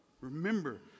remember